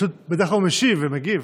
פשוט בדרך כלל הוא משיב ומגיב.